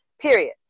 Period